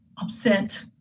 upset